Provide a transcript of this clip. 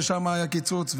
ששם היה קיצוץ,